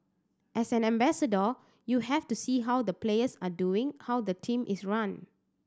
as an ambassador you have to see how the players are doing how the team is run